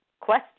question